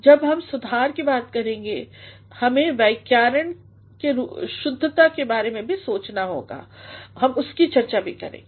जब हम सुधार कीबात करते हैं हमें व्याकरणिक शुद्धता के बारे में भी सोचना होगा हम उसकी चर्चा भी करेंगे